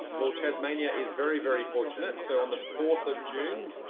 or tasmania is very, very fortunate. so on the fourth of june,